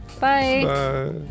bye